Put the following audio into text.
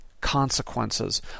consequences